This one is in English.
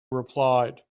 replied